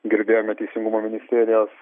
girdėjome teisingumo ministerijos